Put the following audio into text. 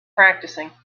practicing